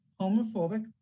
homophobic